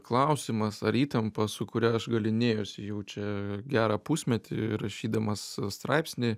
klausimas ar įtampa su kuria aš galynėjuosi jau čia gerą pusmetį rašydamas straipsnį